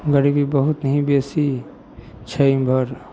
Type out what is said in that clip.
गरीबी बहुत ही बेसी छै उधर